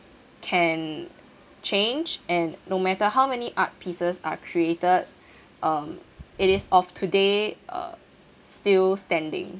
can change and no matter how many art pieces are created um it is of today uh still standing